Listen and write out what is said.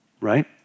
right